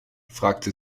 fragte